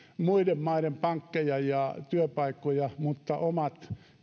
muiden maiden pankkeja ja työpaikkoja mutta omat